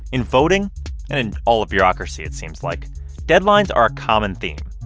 in voting and in all of bureaucracy it seems like deadlines are a common theme.